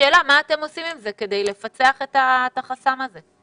השאלה מה אתם עושים עם זה כדי לפצח את החסם הזה.